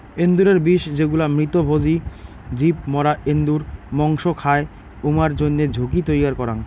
এন্দুরের বিষ যেগুলা মৃতভোজী জীব মরা এন্দুর মসং খায়, উমার জইন্যে ঝুঁকি তৈয়ার করাং